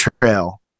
Trail